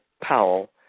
Powell